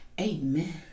Amen